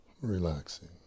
relaxing